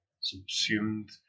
subsumed